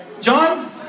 John